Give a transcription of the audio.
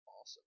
awesome